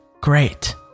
great